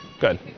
Good